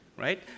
right